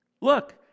Look